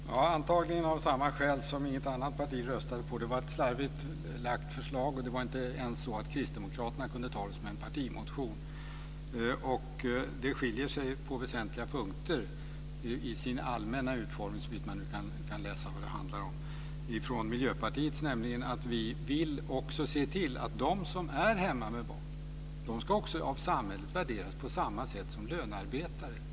Fru talman! Antagligen av samma skäl som att inget annat parti röstade för den. Det var ett slarvigt utformat förslag. Det var inte ens så att kristdemokraterna kunde ta det som en partimotion. Det skiljer sig på väsentliga punkter i sin allmänna utformning, såvitt man kan läsa vad det handlar om, från Miljöpartiets. Vi vill nämligen också se till att de som är hemma med barn av samhället ska värderas på samma sätt som lönearbetare.